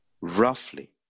roughly